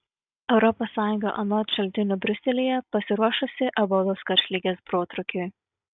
europos sąjunga anot šaltinių briuselyje pasiruošusi ebolos karštligės protrūkiui